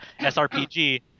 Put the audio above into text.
SRPG